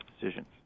decisions